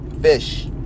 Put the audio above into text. Fish